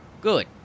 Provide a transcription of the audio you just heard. Good